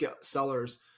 sellers